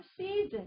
season